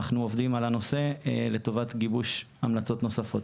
אנחנו עובדים על הנושא לטובת גיבוש המלצות נוספות.